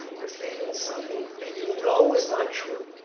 you're saying something that you know is not true